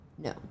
No